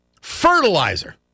fertilizer